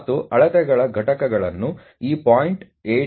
ಮತ್ತು ಅಳತೆಗಳ ಘಟಕಗಳನ್ನು ಈ 0